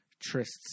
trysts